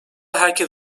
herkes